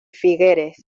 figueres